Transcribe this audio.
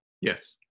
Yes